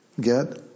Get